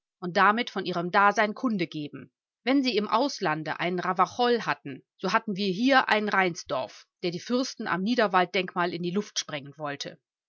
und damit von ihrem dasein kunde geben wenn sie im auslande einen ravachol hatten so hatten ten wir hier einen rheinsdorf der die fürsten am niederwalddenkmal in die luft sprengen wollte